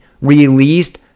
released